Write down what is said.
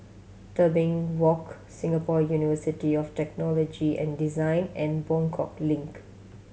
Tebing Walk Singapore University of Technology and Design and Buangkok Link